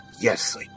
yes